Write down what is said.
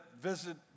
visit